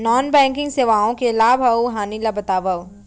non banking सेवाओं के लाभ अऊ हानि ला बतावव